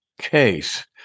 case